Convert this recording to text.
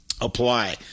apply